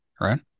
right